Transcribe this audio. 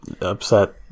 upset